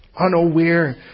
unaware